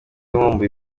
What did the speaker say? nkumbuye